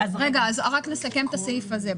רק נסכם את הסעיף הזה.